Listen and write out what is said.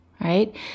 right